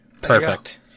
perfect